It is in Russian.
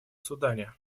судане